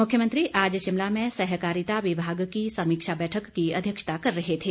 मुख्यमंत्री आज शिमला में सहकारिता विभाग की समीक्षा बैठक की अध्यक्षता कर रहे थे